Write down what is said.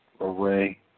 array